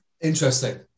Interesting